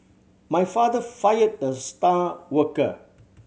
my father fired the star worker